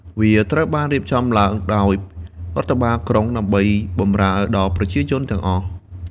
វាត្រូវបានរៀបចំឡើងដោយរដ្ឋបាលក្រុង ដើម្បីបម្រើដល់ប្រជាជនទាំងអស់។